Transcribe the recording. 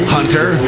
Hunter